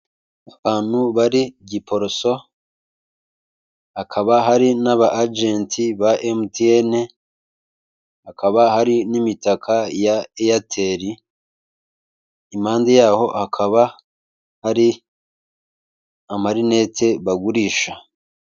Abantu bari Giporoso, hakaba hari n'abajenti ba MTN, hakaba hari n'imitaka ya Aitel, impande y'aho hakaba hari amarinete bagurisha.